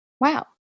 Wow